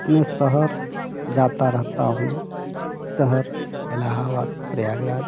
अपने शहर जाता रहता हूँ शहर इलाहाबाद प्रयागराज